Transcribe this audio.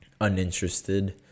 uninterested